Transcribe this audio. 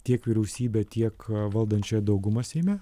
tiek vyriausybę tiek valdančiąją daugumą seime